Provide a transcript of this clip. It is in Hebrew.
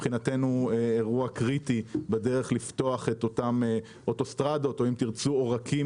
מבחינתנו זה אירוע קריטי בדרך לפתוח את אותן אוטוסטרדות או עורקים